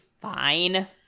fine